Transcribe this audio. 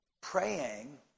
praying